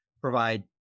provide